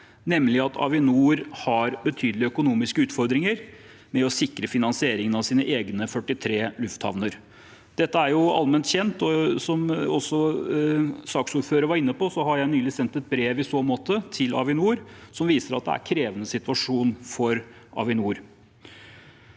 nemlig at Avinor har betydelige økonomiske utfordringer med å sikre finansieringen av sine egne 43 lufthavner. Dette er allment kjent, og som også saksordføreren var inne på, har jeg nylig sendt et brev til Avinor som viser at det er en krevende situasjon for Avinor.